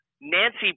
Nancy